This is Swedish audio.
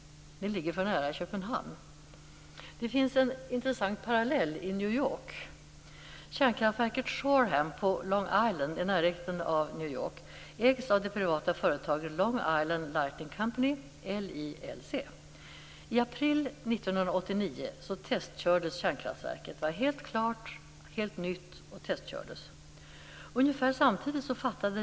Det ligger för nära Köpenhamn. I New York finns det en intressant parallell. Kärnkraftverket Shoreham på Long Island i närheten av Lighting Company, LILC. I april 1989 testkördes kärnkraftverket. Det var då helt klart och helt nytt.